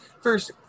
first